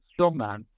strongman